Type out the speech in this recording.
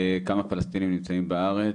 כמה פלסטינים נמצאים בארץ?